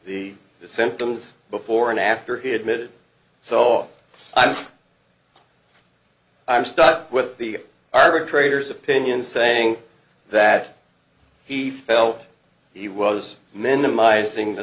the symptoms before and after he admitted so off i'm i'm stuck with the arbitrator's opinion saying that he felt he was minimizing the